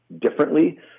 differently